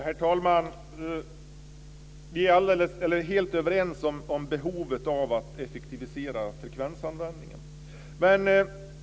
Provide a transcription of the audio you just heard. Herr talman! Vi är helt överens om behovet av att effektivisera frekvensanvändningen.